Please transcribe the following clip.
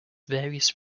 various